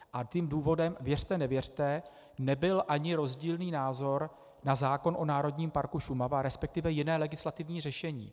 A tím důvodem, věřte nevěřte, nebyl ani rozdílný názor na zákon o Národním parku Šumava, resp. jiné legislativní řešení.